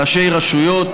ראשי רשויות.